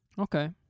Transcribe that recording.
Okay